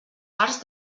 parts